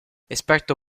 esperto